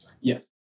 Yes